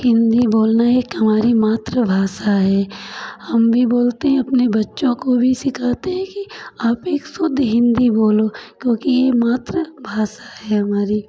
हिंदी बोलना एक हमारी मातृभाषा है हम भी बोलते हैं अपने बच्चों को भी सिखाते हैं कि आप एक शुद्ध हिंदी बोलो क्योंकि मातृभाषा है हमारी